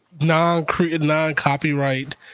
non-copyright